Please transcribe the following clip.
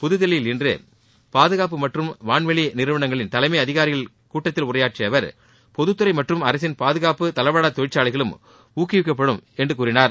புத்தில்லியில் இன்று பாதுகாப்பு மற்றும் வான்வெளி நிறுவனங்களின் தலைமை அதிகாரிகள் கூட்டத்தில் உரையாற்றிய அவர் பொதுத்துறை மற்றும் அரசின் பாதுகாப்பு தளவாடங்கள் தொழிற்சாலைகளும் ஊக்குவிக்கப்படும் எனத் தெரிவித்தார்